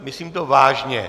Myslím to vážně.